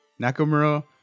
Nakamura